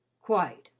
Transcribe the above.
quite,